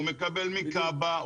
הוא מקבל מכב"ה,